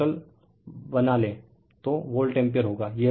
और टोटल बना लें तो वोल्ट एम्पीयर होगा